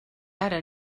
ara